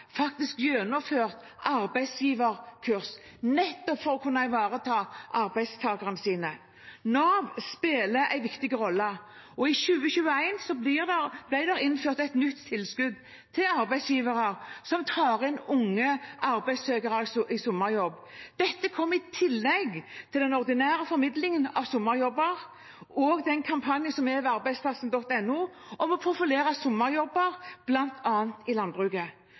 faktisk gjennomført arbeidsgiverkurs, nettopp for å kunne ivareta arbeidstakerne sine. Nav spiller en viktig rolle, og i 2021 ble det innført et nytt tilskudd til arbeidsgivere som tar inn unge arbeidssøkere i sommerjobb. Dette kommer i tillegg til den ordinære formidlingen av sommerjobber og den kampanjen som er på arbeidsplassen.no, om å profilere sommerjobber bl.a. i landbruket.